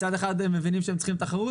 מצד אחד הם מבינים שהם צריכים תחרות,